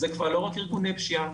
וזה כבר לא רק ארגוני פשיעה,